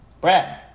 Brad